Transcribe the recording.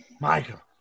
Michael